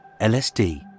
LSD